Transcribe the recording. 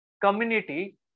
community